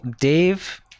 dave